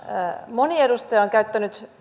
moni edustaja on käyttänyt